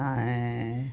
आ ऐं